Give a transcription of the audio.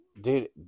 dude